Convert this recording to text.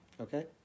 Okay